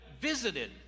visited